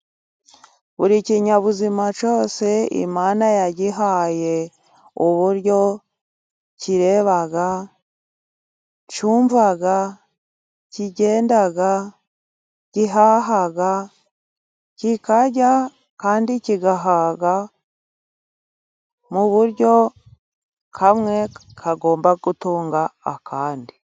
Buri kinyabuzima cyose Imana yagihaye uburyo kireba cyumva, kigenda, gihaha, kikarya kandi kigahaga mu buryo kimwe kigomba gutunga ikindi.